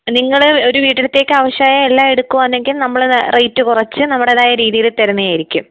നിങ്ങൾ ഒരു വീട്ടിലത്തേക്ക് ആവശ്യമായ എല്ലാം എടുക്കുവാണെങ്കിൽ നമ്മൾ റേറ്റ് കുറച്ച് നമ്മുടേതായ രീതിയിൽ തരുന്നതായിരിക്കും